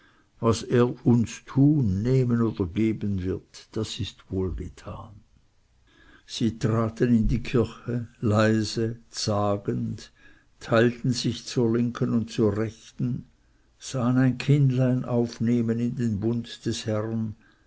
was er uns tun nehmen oder geben wird das ist wohl getan sie traten in die kirche leise zagend teilten sich zur linken und zur rechten sahen ein kindlein aufnehmen in den bund des herrn